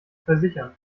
versichern